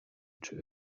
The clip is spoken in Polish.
czy